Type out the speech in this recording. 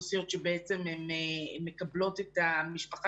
עובדות סוציאליות שבעצם הן מקבלות את המשפחה